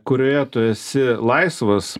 kurioje tu esi laisvas